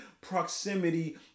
proximity